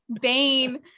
Bane